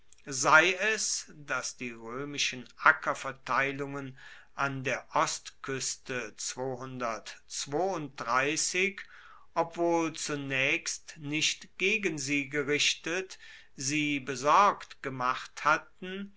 sei es dass die roemischen ackerverteilungen an der ostkueste obwohl zunaechst nicht gegen sie gerichtet sie besorgt gemacht hatten